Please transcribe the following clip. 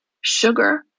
sugar